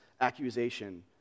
accusation